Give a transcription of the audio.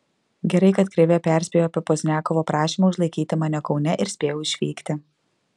gerai kad krėvė perspėjo apie pozniakovo prašymą užlaikyti mane kaune ir spėjau išvykti